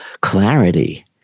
clarity